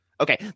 Okay